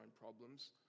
problems